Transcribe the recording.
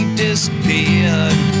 disappeared